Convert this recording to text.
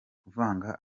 kuvanga